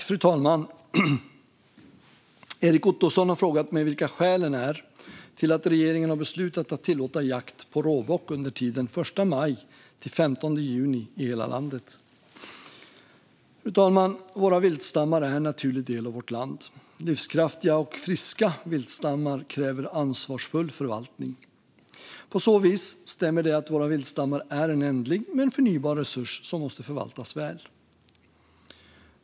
Fru talman! Erik Ottoson har frågat mig vilka skälen är till att regeringen har beslutat att tillåta jakt på råbock under tiden den 1 maj till den 15 juni i hela landet. Fru talman! Våra viltstammar är en naturlig del av vårt land. Livskraftiga och friska viltstammar kräver ansvarsfull förvaltning. På så vis stämmer det att våra viltstammar är en ändlig men förnybar resurs som måste förvaltas väl.